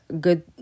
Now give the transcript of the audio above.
good